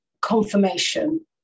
confirmation